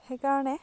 সেইকাৰণে